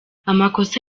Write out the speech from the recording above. amakosa